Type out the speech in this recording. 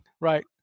right